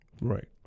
Right